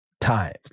times